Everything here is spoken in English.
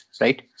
right